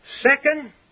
Second